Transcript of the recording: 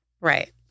Right